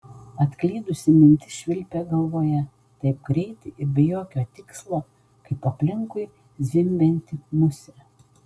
atklydusi mintis švilpė galvoje taip greitai ir be jokio tikslo kaip aplinkui zvimbianti musė